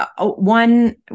one